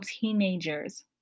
teenagers